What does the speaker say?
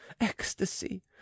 ecstasy